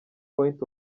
point